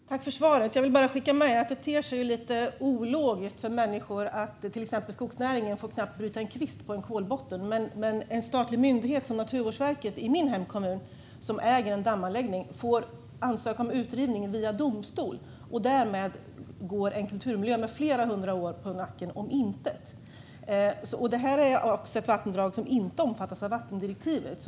Fru talman! Tack, kulturministern, för svaret! Jag vill bara skicka med att det ter sig lite ologiskt för människor att till exempel skogsnäringen knappt får bryta en kvist på en kolbotten medan en statlig myndighet som Naturvårdsverket i min hemkommun, som äger en dammanläggning, får ansöka om utrivning via domstol, varvid en kulturmiljö med flera hundra år på nacken går om intet. Detta är ett vattendrag som inte omfattas av vattendirektivet.